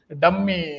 dummy